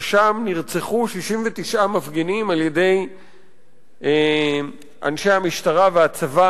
ששם נרצחו 69 מפגינים על-ידי אנשי המשטרה והצבא